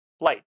light